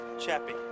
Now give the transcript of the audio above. Chappie